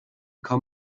time